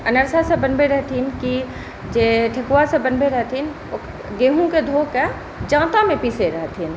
अनरसासभ बनबै रहथिन की जे ठकुआसभ बनबै रहथिन ओ गेहूंक धोक जातामे पीसै रहथिन